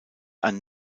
ein